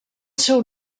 seu